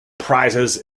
prizes